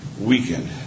weekend